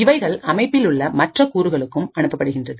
இவைகள் அமைப்பிலுள்ள மற்ற கூறுகளுக்கும் அனுப்பப்படுகின்றது